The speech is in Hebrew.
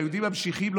מהיהודים המשיחיים?